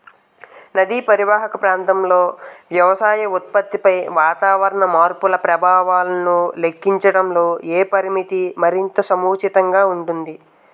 నదీ పరీవాహక ప్రాంతంలో వ్యవసాయ ఉత్పత్తిపై వాతావరణ మార్పుల ప్రభావాలను లెక్కించడంలో ఏ పరామితి మరింత సముచితంగా ఉంటుంది?